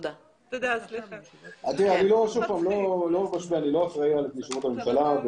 אני לא אחראי על ישיבות הממשלה.